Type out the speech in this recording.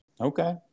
Okay